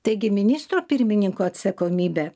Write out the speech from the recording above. taigi ministro pirmininko atsakomybė